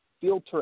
filter